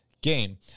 game